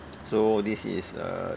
so this is a